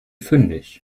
fündig